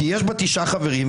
כי יש בה תשעה חברים,